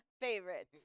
favorites